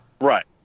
Right